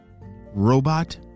Robot